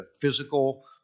physical